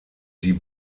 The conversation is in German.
die